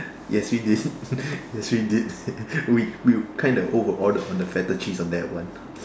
yes we did yes we did we we kind of over ordered on the Feta cheese on that one